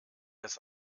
das